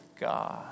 God